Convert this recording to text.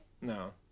No